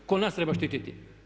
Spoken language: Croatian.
Tko nas treba štititi?